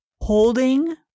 holding